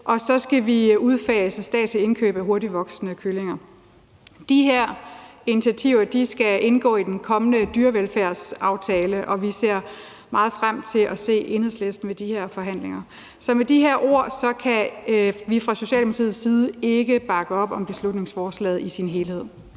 og så skal vi udfase statsligt indkøb af hurtigtvoksende kyllinger. De her initiativer skal indgå i den kommende dyrevelfærdsaftale, og vi ser meget frem til at se Enhedslisten ved de her forhandlinger. Så med de her ord kan vi fra Socialdemokratiets side ikke bakke op om beslutningsforslaget i sin helhed.